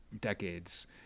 decades